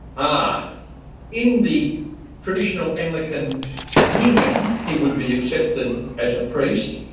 ah in the traditional anglican communion, he would be accepted as a priest.